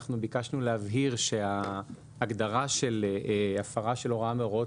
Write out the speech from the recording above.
אנחנו ביקשנו להבהיר שההגדרה של הפרה של הוראה מהוראות